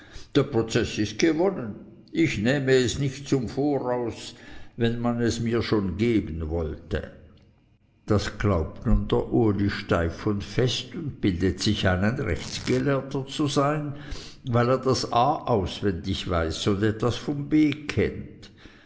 der prozeß ist gewonnen ich nähme es nicht zum voraus wenn man mir es schon geben wollte das glaubt nun der uli steif und fest und bildet sich ein ein rechtsgelehrter zu sein weil er das a auswendig weiß und etwas vom